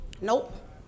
nope